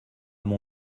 mon